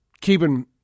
Keeping